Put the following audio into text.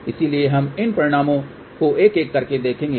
इसलिए हम इन परिणामों को एक एक करके देखेंगे